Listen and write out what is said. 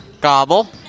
Gobble